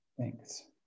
Thanks